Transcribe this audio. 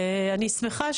אני שמחה,